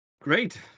Great